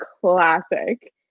classic